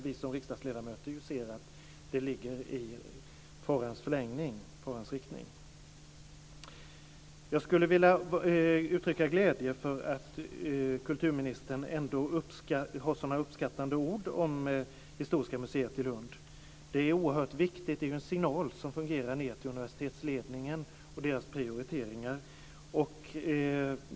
Vi som riksdagsledamöter ser dock att det ligger i farans riktning. Jag skulle vilja uttrycka glädje över att kulturministern har sådana uppskattande ord om det historiska museet i Lund. Det är oerhört viktigt och sänder signaler till universitetsledningen som har att prioritera.